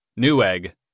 Newegg